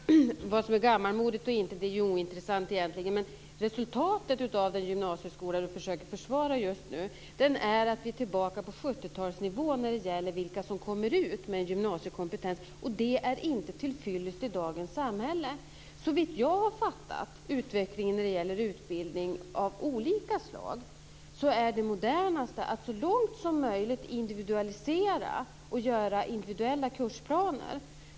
Fru talman! Vad som är gammalmodigt eller inte är egentligen ointressant. Men resultatet av den gymnasieskola som Sofia Jonsson försöker försvara just nu är att vi är tillbaka på 70-talsnivå när det gäller vilka som kommer ut med gymnasiekompetens. Det är inte tillfyllest i dagens samhälle. Såvitt jag har förstått utvecklingen när det gäller utbildning av olika slag är det modernast att så långt som möjligt individualisera och göra individuella kursplaner.